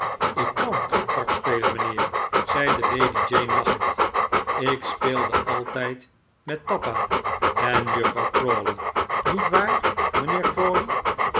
ik kan triktrak spelen mijnheer zeide lady jane lachend ik speelde altijd met papa en juffrouw crawley niet waar mijnheer